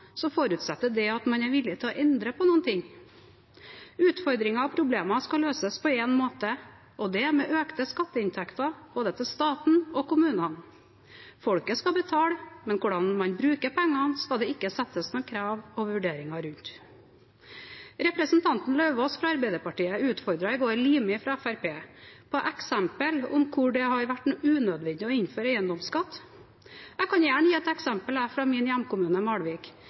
forutsetter det at man er villig til å endre på noe. Utfordringer og problemer skal løses på én måte, og det er med økte skatteinntekter både til staten og til kommunene. Folket skal betale, men hvordan man bruker pengene, skal det ikke settes noen krav til og gjøres vurderinger rundt. Representanten Lauvås fra Arbeiderpartiet utfordret i går representanten Limi fra Fremskrittspartiet når det gjaldt eksempler på hvor det har vært unødvendig å innføre eiendomsskatt. Jeg kan gjerne gi et eksempel fra min hjemkommune, Malvik,